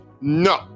no